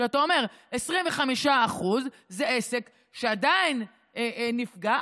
ואתה אומר: 25% זה עסק שעדיין נפגע,